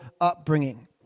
upbringing